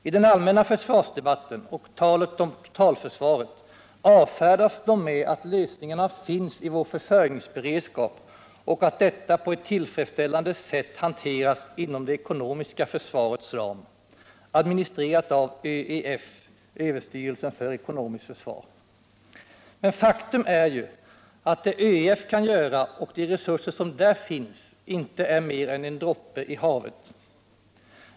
I den allmänna försvarsdebatten och i talet om totalförsvaret avfärdas de med att lösningarna finns i vår försörjningsberedskap och att detta på ett tillfredsställande sätt hanteras inom det ekonomiska försvarets ram, administrerat av överstyrelsen för ekonomiskt försvar . Men faktum är ju att det ÖEF kan göra och de resurser som där finns inte är mer än en droppe i havet.